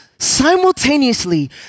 Simultaneously